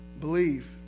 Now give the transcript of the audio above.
believe